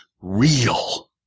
real